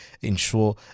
ensure